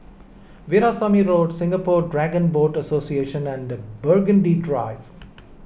Veerasamy Road Singapore Dragon Boat Association and Burgundy Drive